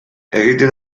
egiten